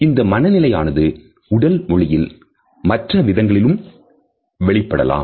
இந்த மனநிலையானது உடல் மொழியில் மற்ற விதங்களில் வெளிப்படலாம்